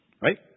Right